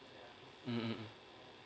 mm